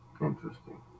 Interesting